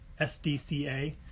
SDCA